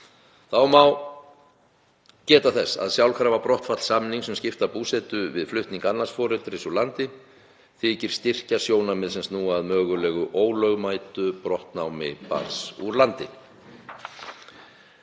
Þá má geta þess að sjálfkrafa brottfall samnings um skipta búsetu við flutning annars foreldris úr landi þykir styrkja sjónarmið sem snúa að mögulegu ólögmætu brottnámi barns úr landi.